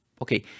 okay